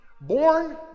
born